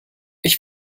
ich